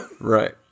Right